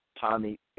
Tommy